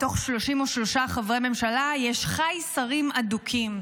מתוך 33 חברי ממשלה יש ח"י שרים אדוקים,